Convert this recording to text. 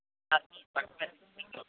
ନାହିଁ ନାହିଁ